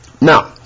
Now